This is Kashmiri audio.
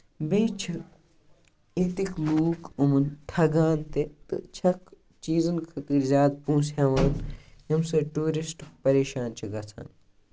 بیٚیہِ چھِ اَتِکۍ لوٗکھ یِمَن ٹھگان تہِ تہٕ چھکھ چیٖزَن خٲطرٕ زیادٕ پونسہٕ ہیوان ییٚمہِ سۭتۍ ٹوٗرِسٹ پَریشان چھِ گژھان